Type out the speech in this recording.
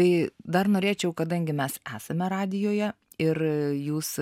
tai dar norėčiau kadangi mes esame radijoje ir jūs